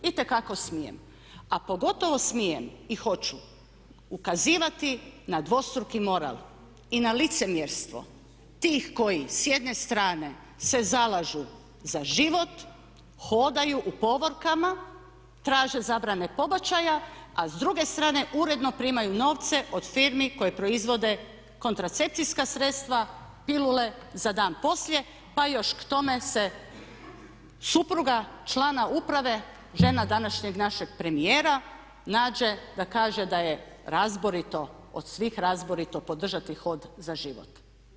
Itekako smijem, a pogotovo smijem i hoću ukazivati na dvostruki moral i na licemjerstvo tih koji s jedne strane se zalažu za život, hodaju u povorkama, traže zabrane pobačaja a s druge strane uredno primaju novce od firmi koje proizvode kontracepcijska sredstva, pilule za dan poslije pa još k tome se supruga člana uprave žena današnjeg našeg premijera nađe da kaže da je razborito od svih razborito podržati „Hod za život“